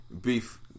beef